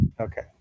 Okay